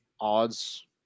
odds